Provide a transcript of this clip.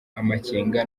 amakenga